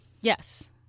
Yes